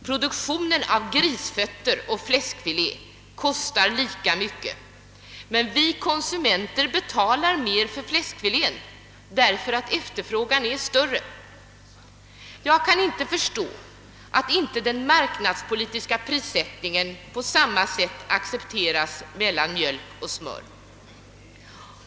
Produktionen av grisfötter och fläskfilé kostar lika mycket, men vi konsumenter betalar mer för fläskfilén därför att efterfrågan är större. Jag kan inte förstå att inte den marknadspolitiska prissättningen på samma sätt accepteras när det gäller mjölk och smör.